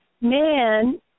man